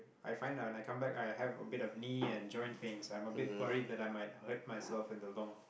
I find out when I come back I have a bit of knee and joint pains I'm a bit worried that I might hurt myself in the long